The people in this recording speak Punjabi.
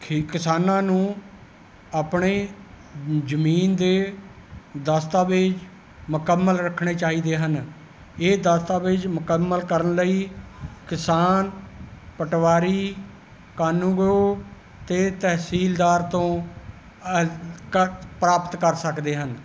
ਖੇ ਕਿਸਾਨਾਂ ਨੂੰ ਆਪਣੇ ਜ਼ਮੀਨ ਦੇ ਦਸਤਾਵੇਜ਼ ਮੁਕੰਮਲ ਰੱਖਣੇ ਚਾਹੀਦੇ ਹਨ ਇਹ ਦਸਤਾਵੇਜ਼ ਮੁਕੰਮਲ ਕਰਨ ਲਈ ਕਿਸਾਨ ਪਟਵਾਰੀ ਕਾਨੂੰਗੋ ਅਤੇ ਤਹਿਸੀਲਦਾਰ ਤੋਂ ਹਸਤਖ਼ਤ ਪ੍ਰਾਪਤ ਕਰ ਸਕਦੇ ਹਨ